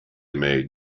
made